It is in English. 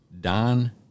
Don